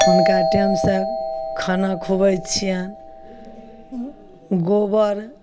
हुनका टाइमसँ खाना खुआबय छियनि गोबर